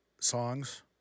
songs